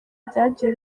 byagiye